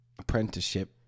apprenticeship